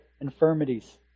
infirmities